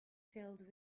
filled